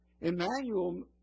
Emmanuel